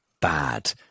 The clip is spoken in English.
bad